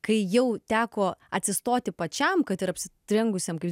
kai jau teko atsistoti pačiam kad ir apsirengusiam kaip